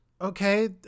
okay